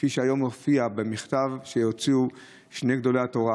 כפי שהיום מופיע במכתב שהוציאו שני גדולי התורה